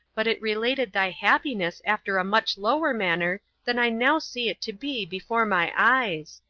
but it related thy happiness after a much lower manner than i now see it to be before my eyes.